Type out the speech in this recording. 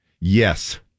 Yes